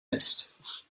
missed